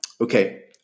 Okay